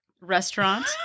restaurant